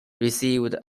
received